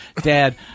dad